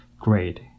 Great